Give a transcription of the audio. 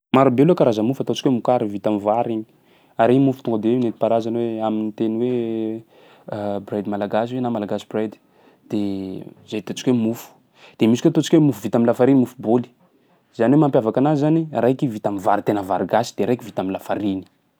Maro be aloha karaza mofo fa ataontsika hoe mokary, vita am'vary igny. Ary igny mofo tonga de hoe nentim-paharazana hoe amin'ny teny hoe bread malagasy hoe na malagasy bread, de zay ataontsika hoe mofo. De misy koa ataontsika hoe mofo vita am'lafariny: mofo bôly. Zany hoe mampiavaka anazy zany raiky vita am'vary tena vary gasy de raiky vita am'lafariny.